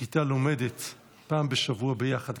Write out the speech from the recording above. שכיתה לומדת פעם בשבוע ביחד,